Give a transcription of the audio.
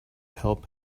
help